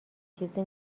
چیزی